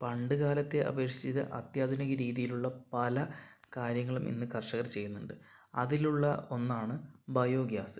പണ്ട് കാലത്തെ അപേക്ഷിച്ച് ഇത് അത്യാധുനിക രീതിയിലുള്ള പല കാര്യങ്ങളും ഇന്ന് കർഷകർ ചെയ്യുന്നുണ്ട് അതിലുള്ള ഒന്നാണ് ബയോഗ്യാസ്